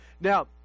Now